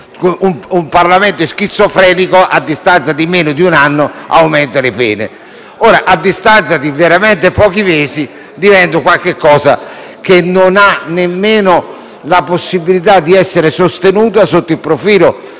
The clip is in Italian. un Parlamento schizofrenico, a distanza di meno di un anno, aumenta le pene. A distanza di veramente pochi mesi diventa qualcosa che non ha nemmeno la possibilità di essere sostenuto, perché